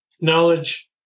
Knowledge